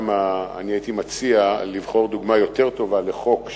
גם הייתי מציע לבחור דוגמה יותר טובה לחוק שעובר,